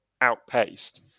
outpaced